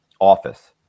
office